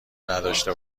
نداشته